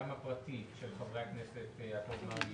גם הפרטית של חברי הכנסת יעקב מרגי,